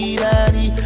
body